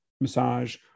massage